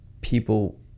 people